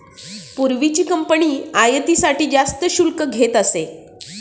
पूर्वीची कंपनी आयातीसाठी जास्त शुल्क घेत असे